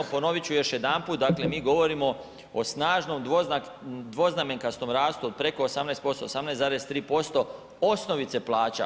Ponovit ću još jedanput, dakle mi govorimo o snažnom dvoznamenkastom rastu od preko 18%, 18,3% osnovice plaća.